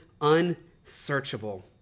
unsearchable